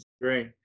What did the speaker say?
Great